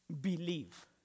Believe